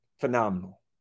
phenomenal